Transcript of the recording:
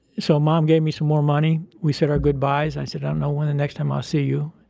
so, mom gave me some more money. we said our goodbyes. i said, i don't know when the next time i'll see you.